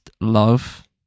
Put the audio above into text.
love